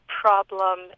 problem